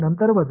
नंतर वजा